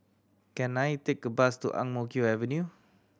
can I take a bus to Ang Mo Kio Avenue